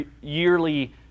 yearly